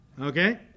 okay